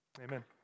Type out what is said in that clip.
Amen